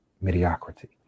mediocrity